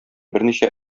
берничә